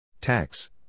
Tax